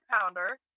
pounder